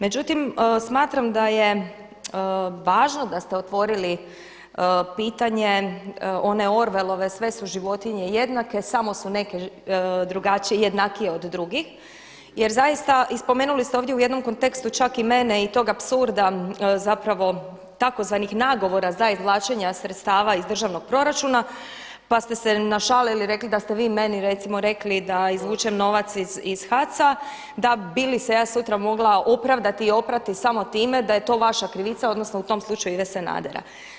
Međutim, smatram da je važno da ste otvorili pitanje one Orwellove „sve su životinje jednake, samo su neke jednakije od drugih“, jer zaista i spomenuli ste ovdje u jednom kontekstu čak i mene i tog apsurda zapravo tzv. nagovora za izvlačenja sredstava iz državnog proračuna, pa ste se našalili i rekli da ste vi meni recimo rekli da izvučem novac iz HAC-a, da bi li se ja sutra mogla opravdati i oprati samo time da je to vaša krivica odnosno u tom slučaju Ive Sanadera.